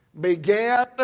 began